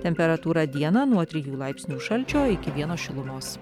temperatūra dieną nuo trijų laipsnių šalčio iki vieno šilumos